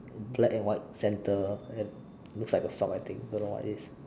black and white center looks like the sock I think don't know what it is